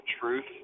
truth